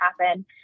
happen